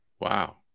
wow